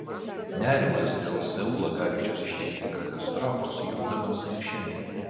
nerimas dėl seulą galinčios ištikti katastrofos juntamas ir šiandien